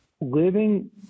living